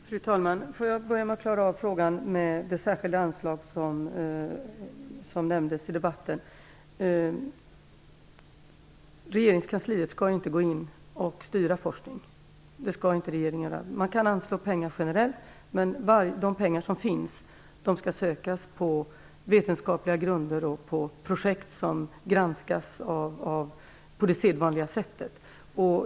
Fru talman! Jag vill börja med att klara av frågan om det särskilda anslag som nämndes i debatten. Regeringskansliet skall inte gå in och styra forskningen. Man kan anslå pengar generellt, men de pengar som finns skall sökas på vetenskapliga grunder och på projekt som granskas på sedvanligt sätt.